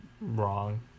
wrong